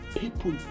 People